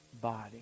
body